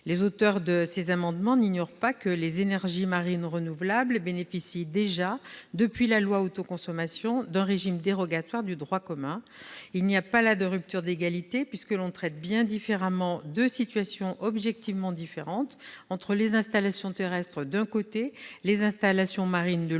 Les auteurs de cet amendement n'ignorent pas que les énergies marines renouvelables bénéficient déjà, depuis la loi Autoconsommation, d'un régime dérogatoire du droit commun. Il n'y a pas là de rupture d'égalité puisque l'on traite bien différemment deux situations objectivement différentes, entre les installations terrestres, d'un côté, et les installations marines, de l'autre,